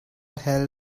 hail